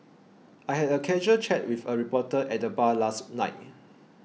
I had a casual chat with a reporter at the bar last night